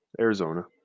Arizona